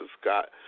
Scott